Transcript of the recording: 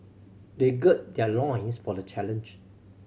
they gird their loins for the challenge